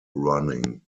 running